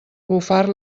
bufar